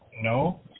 No